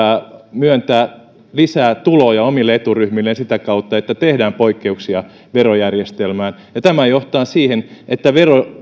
myöntää lisää tuloja omille eturyhmilleen sitä kautta että tehdään poikkeuksia verojärjestelmään tämä johtaa siihen että